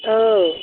औ